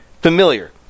familiar